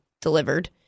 delivered